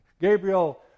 Gabriel